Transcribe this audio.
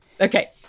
Okay